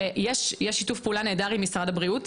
יש שיתוף פעולה נהדר עם משרד הבריאות,